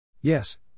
Yes